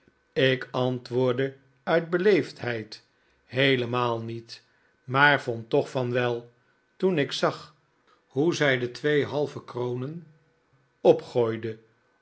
ik antwoordde uit beleefdheid heelemaal niet maar vond toch van wel toen ik zag hoe zij de twee halve kronen opgooide